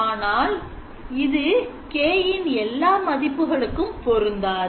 ஆனால் இது K என் எல்லாம் மதிப்பு களுக்கும் பொருந்தாது